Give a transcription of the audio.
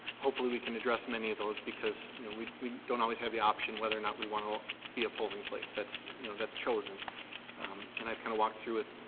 hopefully we can address many of those because you know we we don't always have the option whether or not we want to be a polling place. that's you know that's chosen and i've kind of walked through with,